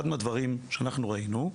אחד מהדברים שאנחנו ראינו,